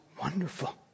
wonderful